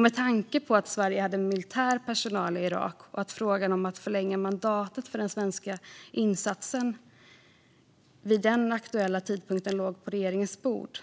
Med tanke på att Sverige hade militär personal i Irak och att frågan om att förlänga mandatet för den svenska insatsen vid den aktuella tidpunkten låg på regeringens bord